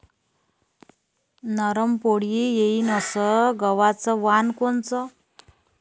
नरम पोळी येईन अस गवाचं वान कोनचं?